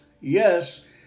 Yes